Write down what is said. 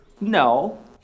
No